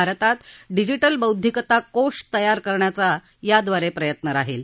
भारतात डिजिटल बौद्धिकता कोष तयार करण्याचा याद्वारे प्रयत्न राहील